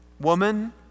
woman